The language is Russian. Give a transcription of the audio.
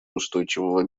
устойчивого